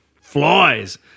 flies